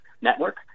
network